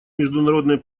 международной